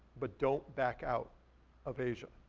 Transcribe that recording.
but don't back out of asia.